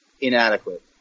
inadequate